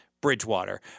Bridgewater